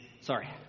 Sorry